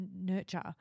nurture